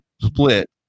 split